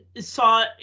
saw